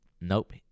Nope